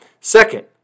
Second